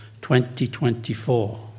2024